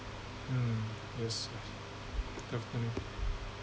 mm yes yes definitely